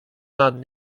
nad